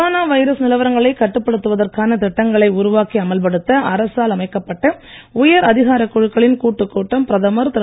corona virus நிலவரங்களைக் கட்டுப்படுத்துவதற்கான திட்டங்களை உருவாக்கி அமல்படுத்த அரசால் அமைக்கப்பட்ட உயர் அதிகாரக் குழுக்களின் கூட்டுக் கூட்டம் பிரதமர் திரு